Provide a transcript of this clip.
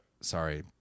sorry